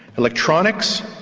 electronics,